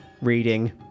reading